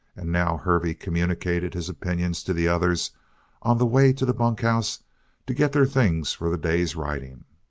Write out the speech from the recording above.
and now hervey communicated his opinions to the others on the way to the bunkhouse to get their things for the day's riding.